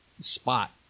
spot